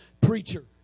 preacher